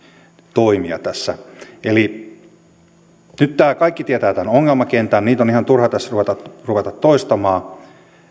toimija tässä eli nyt kaikki tietävät tämän ongelmakentän niitä on ihan turha tässä ruveta toistamaan